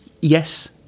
yes